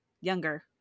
younger